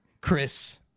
Chris